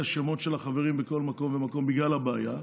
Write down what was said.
השמות של החברים בכל מקום ומקום בגלל הבעיה,